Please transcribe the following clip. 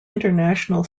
international